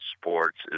sports